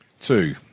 Two